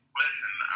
listen